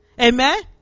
Amen